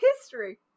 history